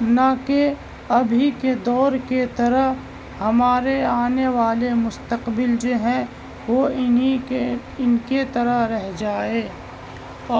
نہ کہ ابھی کے دور کے طرح ہمارے آنے والے مستقبل جو ہے وہ انہی کے ان کے طرح رہ جائے